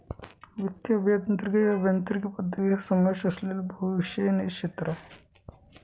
वित्तीय अभियांत्रिकी हे अभियांत्रिकी पद्धतींचा समावेश असलेले बहुविषय क्षेत्र आहे